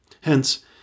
Hence